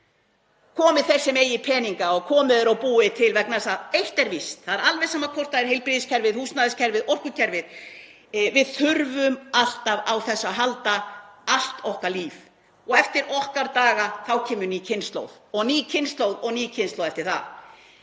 hvar. Komi þeir sem eiga peninga og komi þeir og búi þá til vegna þess að eitt er víst, það er alveg sama hvort það er heilbrigðiskerfið, húsnæðiskerfið, orkukerfið, við þurfum alltaf á þessu að halda allt okkar líf. Og eftir okkar daga þá kemur ný kynslóð og ný kynslóð eftir það.